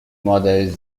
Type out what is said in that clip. models